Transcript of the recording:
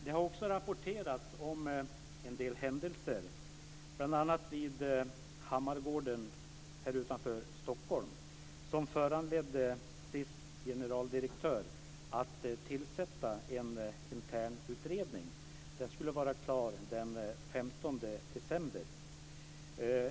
Det har också rapporterats om en del händelser bl.a. vid Hammargården utanför Stockholm, som föranledde SiS generaldirektör att tillsätta en internutredning. Den skulle vara klar den 15 december.